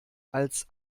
als